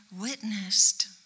witnessed